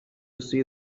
see